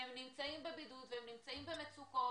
הם נמצאים בבידוד ובמצוקות.